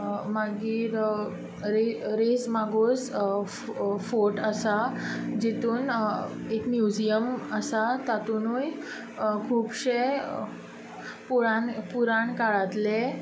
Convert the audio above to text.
मागीर रेईश मागोश फोर्ट आसा जातूंत एक म्युझीयम आसा तातूंतय खुबशे पुराण काळांतले